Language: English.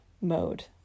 mode